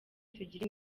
tugire